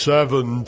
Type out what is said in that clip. Seven